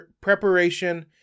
preparation